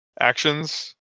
actions